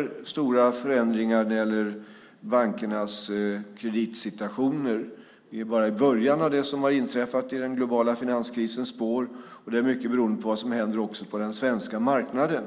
att få se stora förändringar när det gäller bankernas kreditsituation. Vi är bara i början av det som har inträffat i den globala finanskrisens spår. Det är också mycket beroende på vad som händer på den svenska marknaden.